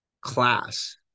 class